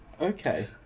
Okay